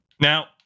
now